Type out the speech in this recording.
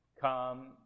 Come